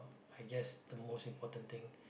I guess the most important thing